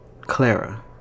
clara